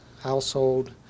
household